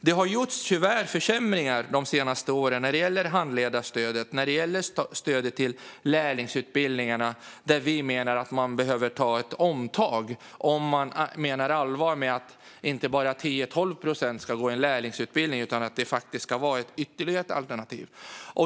Det har tyvärr gjorts försämringar de senaste åren när det gäller handledarstödet och stödet till lärlingsutbildningarna, där vi menar att man behöver ta ett omtag om man menar allvar med att inte bara 10-12 procent ska gå en lärlingsutbildning utan att det faktiskt ska vara ytterligare ett alternativ.